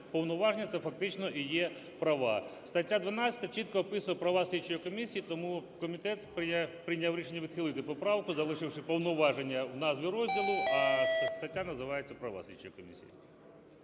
Повноваження – це фактично і є права. Стаття 12 чітко описує права слідчої комісії, тому комітет прийняв рішення відхилити поправку, залишивши "повноваження" в назві розділу, а стаття називається "Права слідчої комісії".